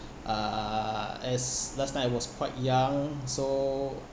uh as last time I was quite young so